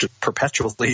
perpetually